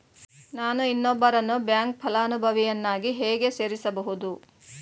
ನಾನು ಇನ್ನೊಬ್ಬರನ್ನು ಬ್ಯಾಂಕ್ ಫಲಾನುಭವಿಯನ್ನಾಗಿ ಹೇಗೆ ಸೇರಿಸಬಹುದು?